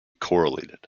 correlated